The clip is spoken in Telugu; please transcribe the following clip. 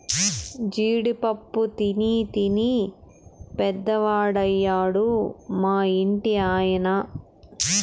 జీడి పప్పు తినీ తినీ పెద్దవాడయ్యాడు మా ఇంటి ఆయన